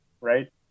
right